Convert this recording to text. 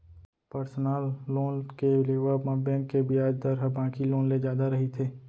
personal loan के लेवब म बेंक के बियाज दर ह बाकी लोन ले जादा रहिथे